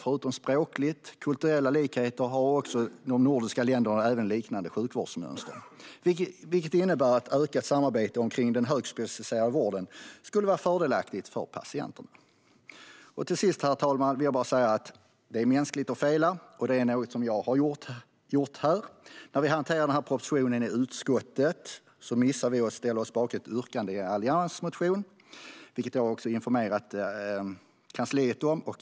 Förutom språkliga och kulturella likheter har de nordiska länderna även liknande sjukvårdsmönster, vilket innebär att ett ökat samarbete i fråga om den högspecialiserade vården skulle vara fördelaktigt för patienterna. Herr talman! Till sist vill jag säga att det är mänskligt att fela. Det är något som jag har gjort. När vi hanterade denna proposition i utskottet missade vi att ställa oss bakom ett yrkande i en alliansmotion, vilket jag har informerat kansliet om.